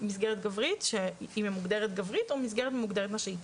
מסגרת שהיא מוגדרת גברית או מסגרת מוגדרת נשית,